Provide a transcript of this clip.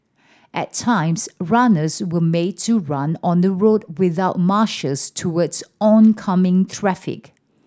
at times runners were made to run on the road without marshals towards oncoming traffic